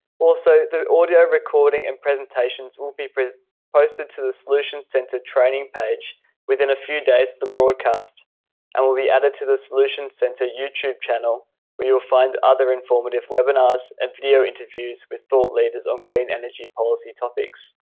also the audio recording and presentations will be posted to the solutions center training page within a few days of the broadcast and will be added to the solution center youtube channel where you will find other informative webinars and video interviews with thought leaders on clean energy policy topics.